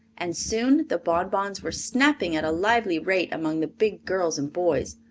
and soon the bonbons were snapping at a lively rate among the big girls and boys,